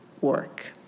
work